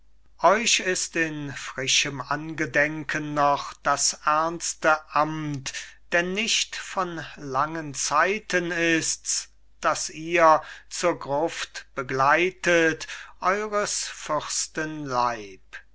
genau euch ist in frischem angedenken noch das ernste amt denn nicht von langen zeiten ist's daß ihr zur gruft begleitet eures